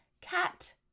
cat